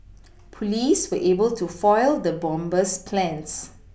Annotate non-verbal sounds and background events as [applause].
[noise] police were able to foil the bomber's plans